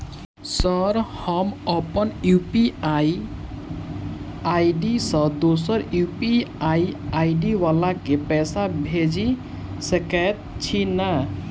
Sir हम अप्पन UPI ID सँ दोसर यु.पी.आई आई.डी वला केँ पैसा भेजि सकै छी नै?